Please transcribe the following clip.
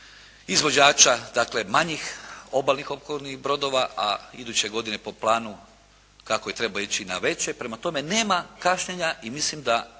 izvođača, dakle manjih obalnih oklopnih brodova, a iduće godine po planu kako i treba ići na veće. Prema tome nema kašnjenja i mislim da